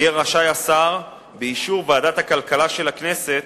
יהיה רשאי השר, באישור ועדת הכלכלה של הכנסת,